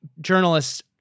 journalists